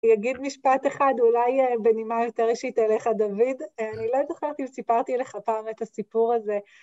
יגיד משפט אחד, אולי בנימה יותר אישית אליך דוד, אני לא זוכרת אם סיפרתי לך פעם את הסיפור הזה.